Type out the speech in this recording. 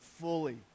fully